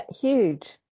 huge